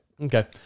Okay